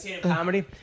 Comedy